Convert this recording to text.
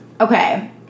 Okay